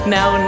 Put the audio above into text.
Now